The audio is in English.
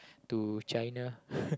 to China